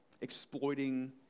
exploiting